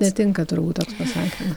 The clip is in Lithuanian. netinka turbūt toks pasakymas